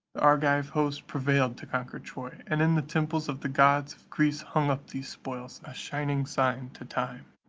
argive host prevailed to conquer troy, and in the temples of the gods of greece hung up these spoils, a shining sign to time.